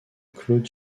claude